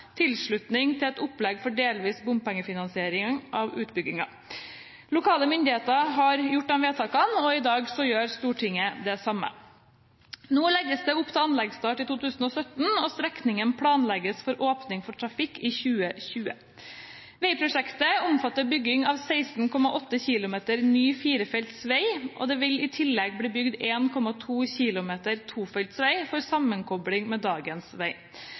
tilslutning til et opplegg for delvis bompengefinansiering av utbyggingen. Lokale myndigheter har gjort disse vedtakene, i dag gjør Stortinget det samme. Det legges opp til anleggsstart i 2017, og strekningen planlegges for åpning for trafikk i 2020. Veiprosjektet omfatter bygging av 16,8 km ny firefelts vei. Det vil i tillegg bli bygd 1,2 km tofelts vei for sammenkopling med dagens vei.